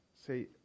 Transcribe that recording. say